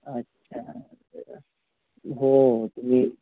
अच्छा तर हो तुम्ही